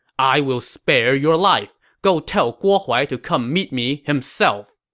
i will spare your life! go tell guo huai to come meet me himself!